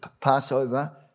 Passover